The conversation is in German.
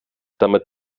damit